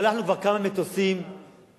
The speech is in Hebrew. שלחנו כבר כמה מטוסים מישראל,